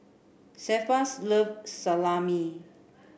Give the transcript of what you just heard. Cephus loves Salami